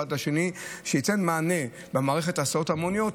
בשני וייתן מענה למערכת ההסעות ההמוניות,